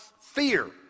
fear